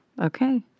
Okay